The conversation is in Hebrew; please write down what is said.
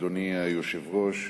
אדוני היושב-ראש,